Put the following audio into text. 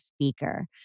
speaker